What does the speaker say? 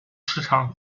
市场